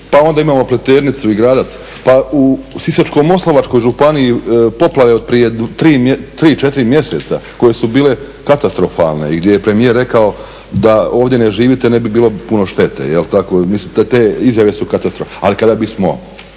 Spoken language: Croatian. Pa onda imamo Pleternicu i Gradac, pa u Sisačko-moslavačkoj županiji poplave od prije 3-4 mjeseca koje su bile katastrofalne i gdje je premijer rekao da ovdje ne živite ne bi bilo puno štete. Mislim te izjave su katastrofa. Ali kada bismo